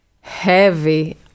heavy